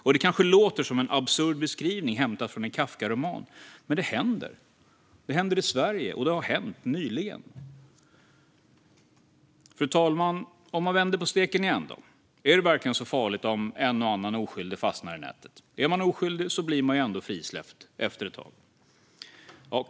Detta kanske låter som en absurd beskrivning hämtat från en Kafkaroman, men det händer. Det händer i Sverige, och det har gjort det nyligen. Fru talman! Om man vänder på steken igen då? Är det verkligen så farligt om en och annan oskyldig fastnar i nätet? Är man oskyldig blir man ju ändå frisläppt efter ett tag.